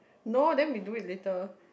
no then we do it later